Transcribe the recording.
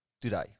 today